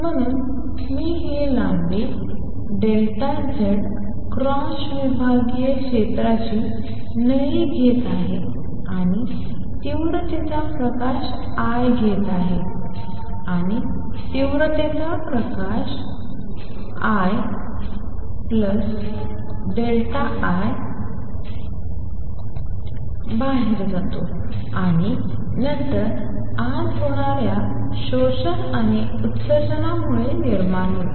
म्हणून मी ही लांबी ΔZ क्रॉस विभागीय क्षेत्राची नळी घेत आहे आणि तीव्रतेचा प्रकाश I घेत आहे आणि तीव्रतेचा प्रकाश II बाहेर जातो आणि अंतर आत होणाऱ्या शोषण आणि उत्सर्जनामुळे निर्माण होते